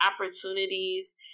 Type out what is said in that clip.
opportunities